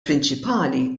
prinċipali